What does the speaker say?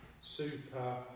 super